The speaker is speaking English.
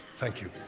thank you.